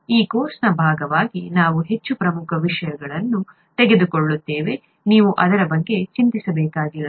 ಈ ಕೋರ್ಸ್ನ ಭಾಗವಾಗಿ ನಾವು ಹೆಚ್ಚಿನ ಪ್ರಮುಖ ವಿಷಯಗಳನ್ನು ತಿಳಿದುಕೊಳ್ಳುತ್ತೇವೆ ನೀವು ಅದರ ಬಗ್ಗೆ ಚಿಂತಿಸಬೇಕಾಗಿಲ್ಲ